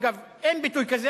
אגב, אין ביטוי כזה.